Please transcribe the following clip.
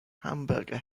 hamburger